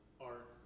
art